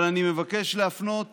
אבל אני מבקש להפנות